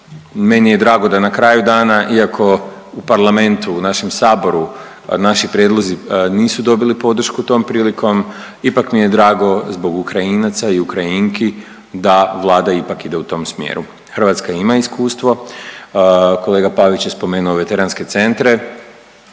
meni je drago da na kraju dana, iako u Parlamentu, u našem Saboru naši prijedlozi nisu dobili podršku tom prilikom ipak mi je drago zbog Ukrajinaca i Ukrajinki da Vlada ipak ide u tom smjeru. Hrvatska ima iskustvo. Kolega Pavić je spomenuo veteranske centre.